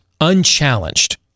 unchallenged